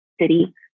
city